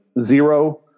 zero